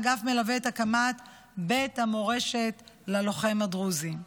האגף מלווה את הקמת בית המורשת ללוחם הדרוזי.